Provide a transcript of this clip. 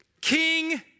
King